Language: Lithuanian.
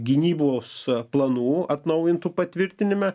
gynybos planų atnaujintų patvirtinime